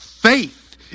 faith